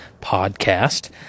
Podcast